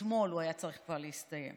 אתמול הוא היה צריך כבר להסתיים.